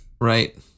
Right